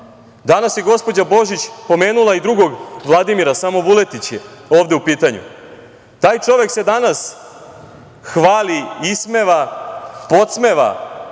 laž? Danas je gospođa Božić pomenula i drugog Vladimira, samo Vuletić je ovde u pitanju. Taj čovek se danas hvali, ismeva i podsmeva